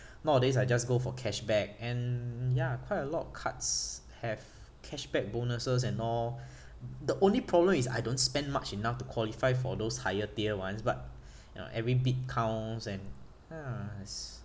nowadays I just go for cashback and ya quite a lot of cards have cashback bonuses and all the only problem is I don't spend much enough to qualify for those higher tier ones but you know every bit counts and